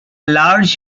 large